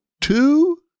Two